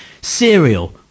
cereal